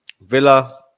Villa